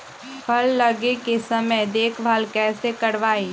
फल लगे के समय देखभाल कैसे करवाई?